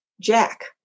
Jack